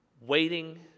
waiting